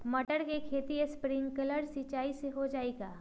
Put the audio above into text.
मटर के खेती स्प्रिंकलर सिंचाई से हो जाई का?